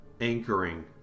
anchoring